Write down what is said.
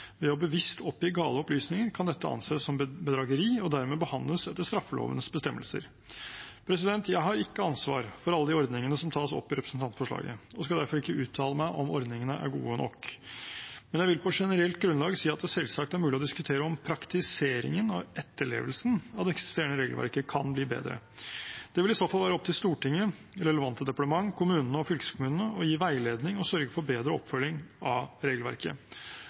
bevisst å oppgi gale opplysninger, kan dette anses som bedrageri og dermed behandles etter straffelovens bestemmelser. Jeg har ikke ansvar for alle de ordningene som tas opp i representantforslaget, og skal derfor ikke uttale meg om ordningene er gode nok. Men jeg vil på generelt grunnlag si at det selvsagt er mulig å diskutere om praktiseringen og etterlevelsen av det eksisterende regelverket kan bli bedre. Det vil i så fall være opp til Stortinget, relevante departement, kommunene og fylkeskommunene å gi veiledning og sørge for bedre oppfølging av regelverket.